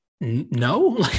no